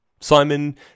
Simon